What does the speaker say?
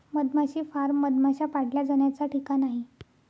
मधमाशी फार्म मधमाश्या पाळल्या जाण्याचा ठिकाण आहे